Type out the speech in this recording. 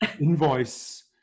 invoice